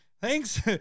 thanks